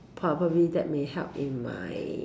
probably that may help in my